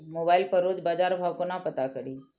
Mobile पर रोज बजार भाव कोना पता करि?